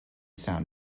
sound